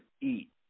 eat